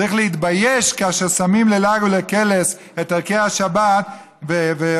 צריך להתבייש כאשר שמים ללעג ולקלס את ערכי השבת ובפיצול